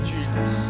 Jesus